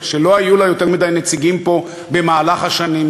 שלא היו לה יותר מדי נציגים פה במהלך השנים,